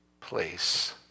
place